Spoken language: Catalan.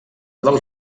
del